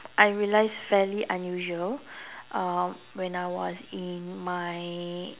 I realized fairly unusual um when I was in my